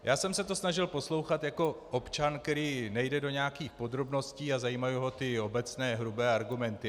Já jsem se to snažil poslouchat jako občan, který nejde do nějakých podrobností a zajímají ho ty obecné, hrubé argumenty.